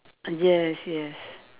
uh yes yes